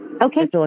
okay